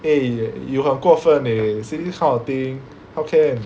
eh you 很过分 eh say this kind of thing how can